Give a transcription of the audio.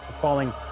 falling